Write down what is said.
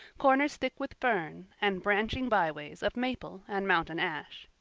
corners thick with fern, and branching byways of maple and mountain ash.